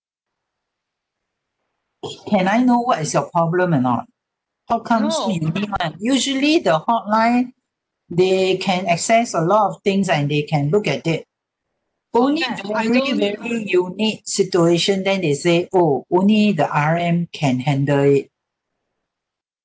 can I know what is your problem or not how come usually the hotline they can access a lot of things and they can look at it only very very unique situation then they say oh only the R_M can handle it